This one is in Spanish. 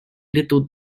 little